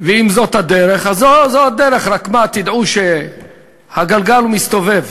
ואם זו הדרך, זו הדרך, רק תדעו שהגלגל מסתובב.